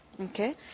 Okay